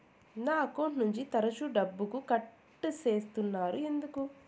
నా అకౌంట్ నుండి తరచు డబ్బుకు కట్ సేస్తున్నారు ఎందుకు